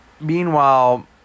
Meanwhile